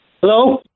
Hello